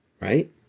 Right